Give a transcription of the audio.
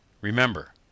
Remember